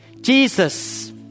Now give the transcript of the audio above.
Jesus